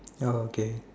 ya okay